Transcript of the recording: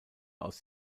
aus